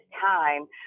time